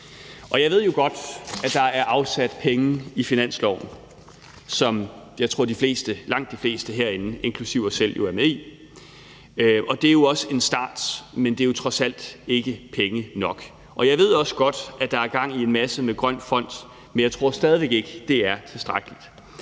Jeg ved jo godt, at der er afsat penge i finansloven, som jeg tror langt de fleste herinde, inklusive mig selv, jo er med i, og det er jo også en start, men det er trods alt ikke penge nok. Jeg ved også godt, at der er gang i en masse med Grøn Fond, men jeg tror stadig væk ikke, det er tilstrækkeligt.